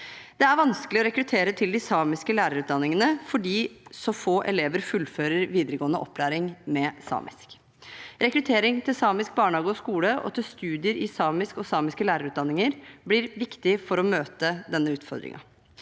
Det er vanskelig å rekruttere til de samiske lærerutdanningene fordi så få elever fullfører videregående opplæring med samisk. Rekruttering til samisk barnehage og skole og til studier i samisk og samiske lærerutdanninger blir viktig for å møte denne utfordringen.